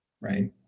Right